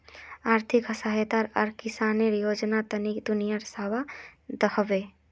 आर्थिक सहायता आर किसानेर योजना तने कुनियाँ जबा होबे?